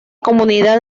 comunidad